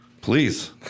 Please